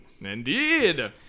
Indeed